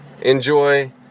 enjoy